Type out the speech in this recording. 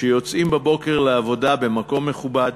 שיוצאים בבוקר לעבודה במקום מכובד,